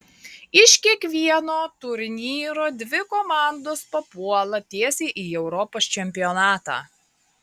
iš kiekvieno turnyro dvi komandos papuola tiesiai į europos čempionatą